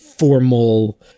formal